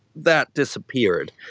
that disappeared.